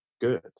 good